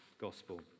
gospel